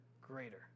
greater